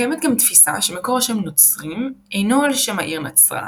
קיימת גם תפיסה שמקור השם "נוצרים" אינו על שם העיר נצרת,